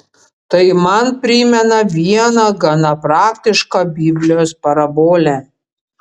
tai man primena vieną gana praktišką biblijos parabolę